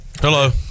hello